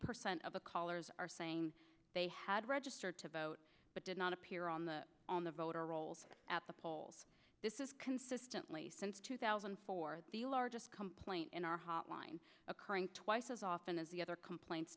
percent of the callers are saying they had registered to vote but did not appear on the on the voter rolls at the polls this is consistently since two thousand for the largest complaint in our hotline occurring twice as often as the other complaints